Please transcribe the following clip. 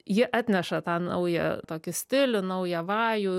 jie atneša tą naują tokį stilių naują vajų